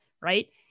Right